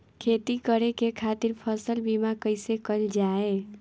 खेती करे के खातीर फसल बीमा कईसे कइल जाए?